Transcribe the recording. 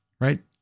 right